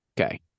Okay